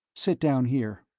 sit down here.